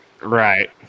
Right